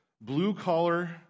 blue-collar